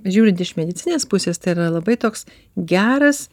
žiūrint iš medicininės pusės tai yra labai toks geras